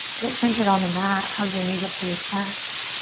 get centered on the mat, hug your knees up to your chest.